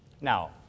Now